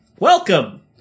Welcome